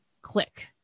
click